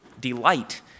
Delight